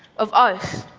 of us?